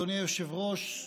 אדוני היושב-ראש,